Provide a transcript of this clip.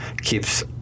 keeps